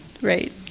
Right